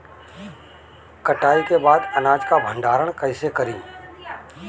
कटाई के बाद अनाज का भंडारण कईसे करीं?